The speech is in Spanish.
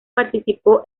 participó